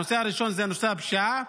הנושא הראשון הוא נושא הפשיעה,